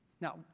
Now